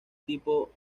tipo